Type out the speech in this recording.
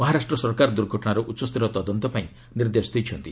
ମହାରାଷ୍ଟ୍ର ସରକାର ଦୁର୍ଘଟଣାର ଉଚ୍ଚସ୍ତରୀୟ ତଦନ୍ତ ପାଇଁ ନିର୍ଦ୍ଦେଶ ଦେଇଛନ୍ତି